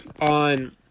on